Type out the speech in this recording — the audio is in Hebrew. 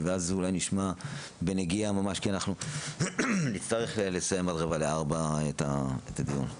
אז אולי נשמע בנגיעה ממש כי נצטרך לסיים עד רבע לארבע את הדיון.